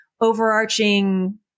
overarching